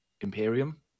imperium